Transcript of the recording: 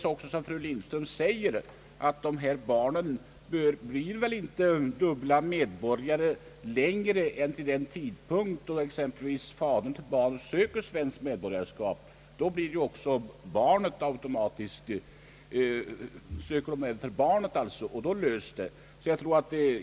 Men det är som fru Lindström säger, att dessa barn inte är dubbla medborgare längre än till den tidpunkt då exempelvis fadern till barnet söker svenskt medborgarskap. Då söker föräldrarna naturligtvis också medborgarskap för barnet, och på det sättet löser sig frågan.